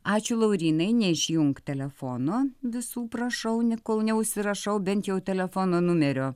ačiū laurynai neišjunk telefono visų prašau ne kol neužsirašau bent jau telefono numerio